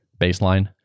baseline